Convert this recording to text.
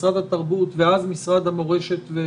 משרד התרבות ואז משרד ירושלים והמורשת.